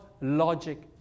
logic